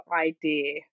idea